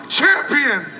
champion